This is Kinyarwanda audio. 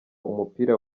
umupira